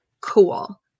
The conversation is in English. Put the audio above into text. cool